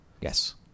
Yes